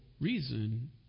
reason